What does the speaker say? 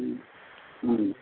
ம் ம்